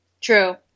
true